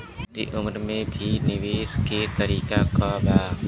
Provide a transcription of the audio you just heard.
छोटी उम्र में भी निवेश के तरीका क बा?